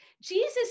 Jesus